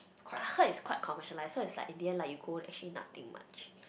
I heard is quite commercialise so is like at the end like you go actually nothing much